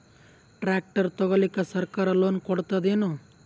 Tractor ತಗೊಳಿಕ ಸರ್ಕಾರ loan ಕೊಡತದೇನು?